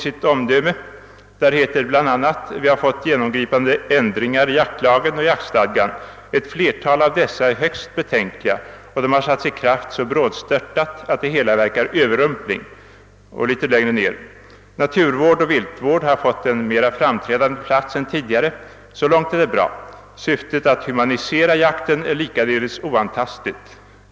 Det heter där bl.a.: » Vi har fått genomgripande ändringar i jaktlagen och jaktstadgan. Ett flertal av dessa är högst betänkliga, och de har satts i kraft så brådstörtat att det hela verkar överrumpling. —— Naturvård och viltvård har fått en mera framträdande plats än tidigare, så långt är det bra. Syftet att humanisera jakten är likaledes oantastligt.